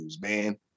man